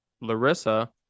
larissa